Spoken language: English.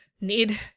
Need